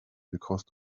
because